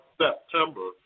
September